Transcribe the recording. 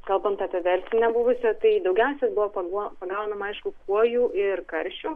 kalbant apie verslinę buvusią tai daugiausia buvo paguo pagaunama aišku kuojų ir karšių